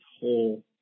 whole